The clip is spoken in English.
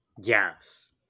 yes